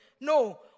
No